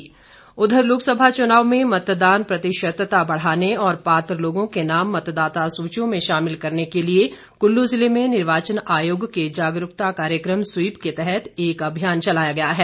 Kullu SVEEP Lok Sabha चुनाव में मतदान प्रतिशतता बढ़ाने और पात्र लोगों के नाम मतदाता सूचियों में शामिल करने के लिए कुल्लू जिले में निर्वाचन आयोग के जागरूकता कार्यक्रम स्वीप के तहत एक अभियान चलाया गया है